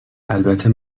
البته